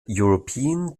european